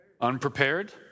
Unprepared